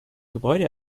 gebäude